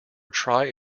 try